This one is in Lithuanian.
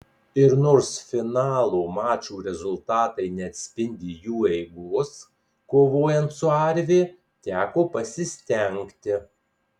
ir nors finalo mačų rezultatai neatspindi jų eigos kovojant su arvi teko pasistengti